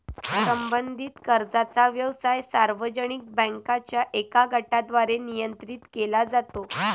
संबंधित कर्जाचा व्यवसाय सार्वजनिक बँकांच्या एका गटाद्वारे नियंत्रित केला जातो